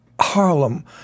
Harlem